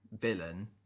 villain